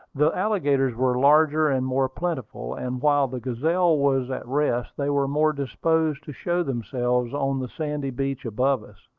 the alligators were larger and more plentiful, and while the gazelle was at rest they were more disposed to show themselves on the sandy beach above us.